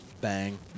Bang